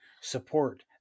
support